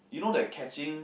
you know that catching